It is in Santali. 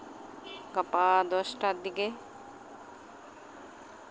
ᱜᱟᱯᱟ ᱫᱚᱥᱴᱟᱨ ᱫᱤᱠᱮ